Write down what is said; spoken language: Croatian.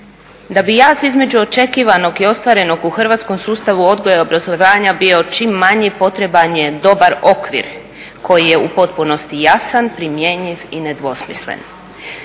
Da bi jaz između očekivanog i ostvarenog u hrvatskom sustavu odgoja i obrazovanja bio čim manji potreban je dobar okvir koji je u potpunosti jasan, primjenjiv i nedvosmislen.